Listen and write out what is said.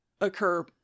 occur